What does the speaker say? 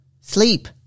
sleep